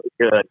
good